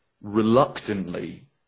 reluctantly